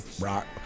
rock